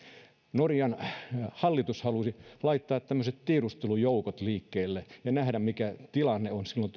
norjan hallitus halusi laittaa tämmöiset tiedustelujoukot liikkeelle ja nähdä mikä tilanne oli silloin